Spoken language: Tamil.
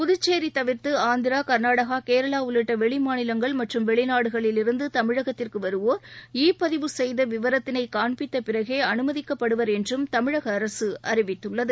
புதுச்சேரி தவிர்த்து ஆந்திரா கர்நாடகா கேரளா உள்ளிட்ட வெளி மாநிலங்கள் மற்றும் வெளிநாடுகளிலிருந்து தமிழகத்திற்கு வருவோர் இ பதிவு செய்த விவரத்திளை காண்பித்த பிறகே நுழைய அனுமதிக்கப்படுவர் என்றும் தமிழக அரசு அறிவித்துள்ளது